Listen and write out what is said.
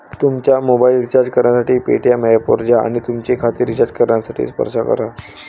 तुमचा mobile recharge करण्यासाठी Paytm ऐपवर जा आणि तुमचे खाते रिचार्ज करण्यासाठी स्पर्श करा